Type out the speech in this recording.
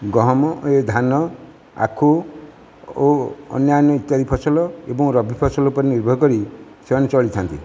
ଗହମ ଏ ଧାନ ଆଖୁ ଓ ଅନ୍ୟାନ ଇତ୍ୟାଦି ଫସଲ ଏବଂ ରବି ଫସଲ ଉପରେ ନିର୍ଭର କରି ସେମାନେ ଚଳିଥାନ୍ତି